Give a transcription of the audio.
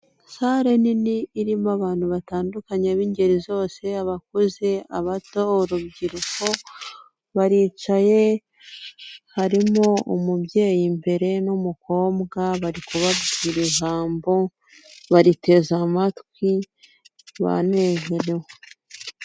Sare nini irimo abantu batandukanye b'ingeri zose abakuze, abato, urubyiruko baricaye harimo umubyeyi imbere n'umukobwa bari kubabwira ijambo bariteze amatwi banezerewe.